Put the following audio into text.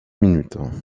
minutes